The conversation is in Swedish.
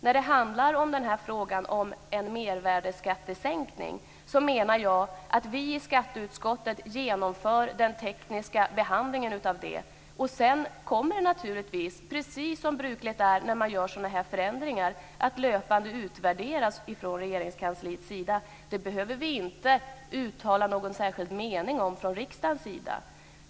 När det gäller frågan om en mervärdesskattesänkning, menar jag att vi i skatteutskottet genomför den tekniska behandlingen av det, sedan kommer det naturligtvis, precis som brukligt är när man gör sådana förändringar, att löpande utvärderas från Regeringskansliets sida. Det behöver vi inte uttala någon särskild mening om från riksdagen.